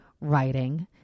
writing